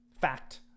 fact